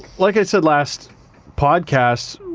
like i said last podcast,